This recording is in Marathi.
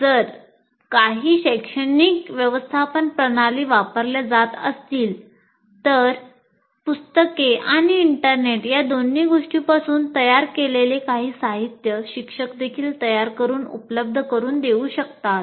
जर काही शैक्षणिक व्यवस्थापन प्रणाली वापरल्या जात असतील तर पुस्तके आणि इंटरनेट या दोन्ही गोष्टींपासून तयार केलेले काही साहित्य शिक्षकदेखील तयार करुन उपलब्ध करुन देऊ शकतात